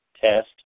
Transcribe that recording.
test